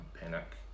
Panic